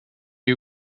you